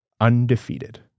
undefeated